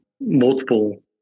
multiple